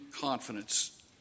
confidence